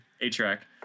A-track